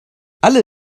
alle